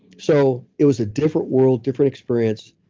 so it was a different world, different experience.